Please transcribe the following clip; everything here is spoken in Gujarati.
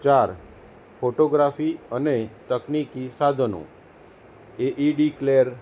ચાર ફોટોગ્રાફી અને તકનીકી સાધનો એ ઈ ડિક્લેર